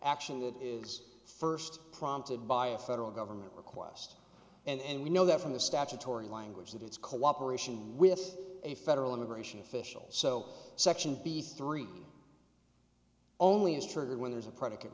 that is first prompted by a federal government request and we know that from the statutory language that it's cooperation with a federal immigration officials so section these three only is triggered when there's a predi